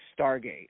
Stargate